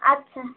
আচ্ছা